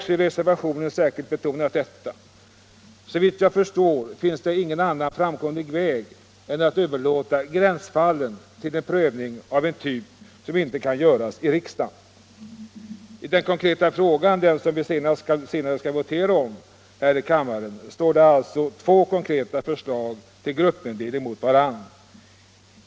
Såvitt jag förstår finns det ingen annan framkomlig väg än att överlåta gränsfallen till en prövning av en typ som inte kan göras i riksdagen. I den konkreta frågan — den som vi senare skall votera om här i kammaren -— står det alltså två konkreta förslag till gruppindelningar mot varandra.